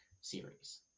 series